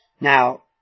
Now